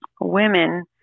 women